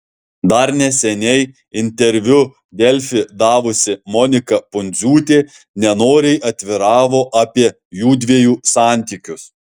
dar neseniai interviu delfi davusi monika pundziūtė nenoriai atviravo apie jųdviejų santykius